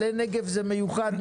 עלה נגב זה מיוחד,